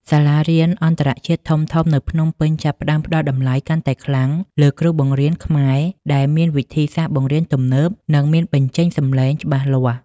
សាលារៀនអន្តរជាតិធំៗនៅភ្នំពេញចាប់ផ្តើមផ្តល់តម្លៃកាន់តែខ្លាំងលើគ្រូបង្រៀនខ្មែរដែលមានវិធីសាស្ត្របង្រៀនទំនើប និងមានបញ្ចេញសំឡេងច្បាស់លាស់។